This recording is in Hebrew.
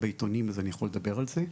בעיתונים אז אני יכול לדבר על זה,